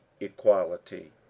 equality